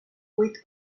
vuit